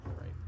right